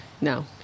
No